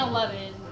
Eleven